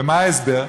ומה ההסבר?